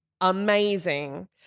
Amazing